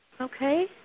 Okay